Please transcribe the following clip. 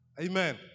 Amen